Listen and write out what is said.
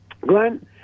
Glenn